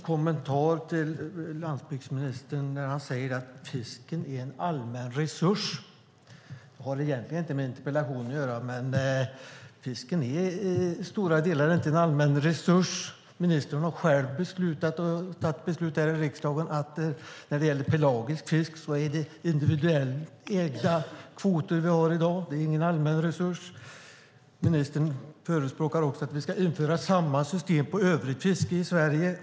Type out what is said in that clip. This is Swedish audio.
Herr talman! Landsbygdsministern säger att fisken är en allmän resurs. Det har egentligen inte med interpellationen att göra, men fisken är i stora delar inte någon allmän resurs. Ministern har själv beslutat, och det har beslutats här i riksdagen, att när det gäller pelagisk fisk är det individuellt ägda kvoter vi har i dag. Det är ingen allmän resurs. Ministern förespråkar också att vi ska införa samma system på övrigt fiske i Sverige.